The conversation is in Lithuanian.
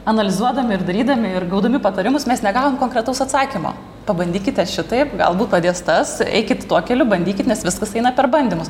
analizuodami ir darydami ir gaudami patarimus mes negavom konkretaus atsakymo pabandykite šitaip galbūt padės tas eikit tuo keliu bandykit nes viskas eina per bandymus